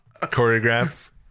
choreographs